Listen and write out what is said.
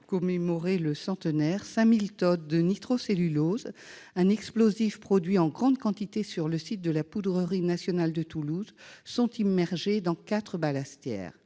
commémorer le centenaire, 5 000 tonnes de nitrocellulose, un explosif produit en grande quantité sur le site de la poudrerie nationale de Toulouse, sont immergées dans quatre ballastières.